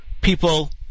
people